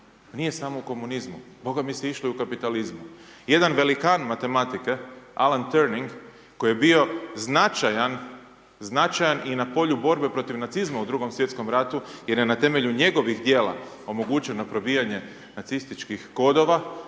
nije samo u komunizmu, Boga mi se išlo i u kapitalizmu. Jedan velikan matematike Alan Turing koji je bio značajan i na polju borbe protiv nacizma u drugom svjetskom ratu jer je na temelju njegovih djela omogućeno probijanje nacističkih kodova,